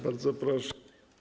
Bardzo proszę.